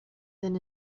than